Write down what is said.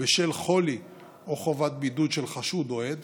בשל חולי או חובת בידוד של חשוד או עד